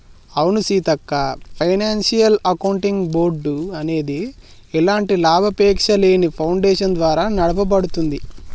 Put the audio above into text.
అవును Seethakka financial accounting board అనేది ఎలాంటి లాభాపేక్షలేని ఫాడేషన్ ద్వారా నడపబడుతుంది